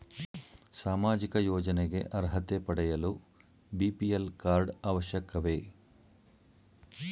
ಸಾಮಾಜಿಕ ಯೋಜನೆಗೆ ಅರ್ಹತೆ ಪಡೆಯಲು ಬಿ.ಪಿ.ಎಲ್ ಕಾರ್ಡ್ ಅವಶ್ಯಕವೇ?